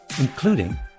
including